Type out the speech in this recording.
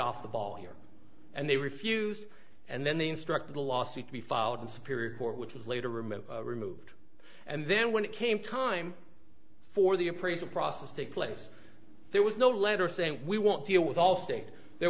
off the ball here and they refused and then they instructed a lawsuit to be filed in superior court which was later remember removed and then when it came time for the appraisal process take place there was no letter saying we won't deal with all things there